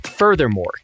Furthermore